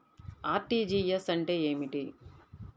RTGS అంటే ఏమిటి?